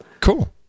Cool